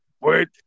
Wait